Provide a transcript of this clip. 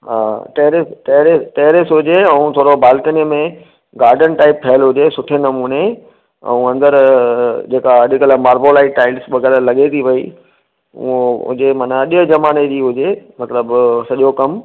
हा terrace terrace terrace हुजे ऐं थोरो बालकनी में गाडनि टाइप ठहियल हुजे सुठे नमूने ऐं अंदरि जेका अॼुकल्ह मार्बोलाइट टाईल्स वग़ैरह लॻे थी पेई उहो हुजे माना अॼु ज़माने जी हुजे मतिलबु सॼो कमु